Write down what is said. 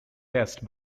west